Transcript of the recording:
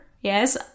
Yes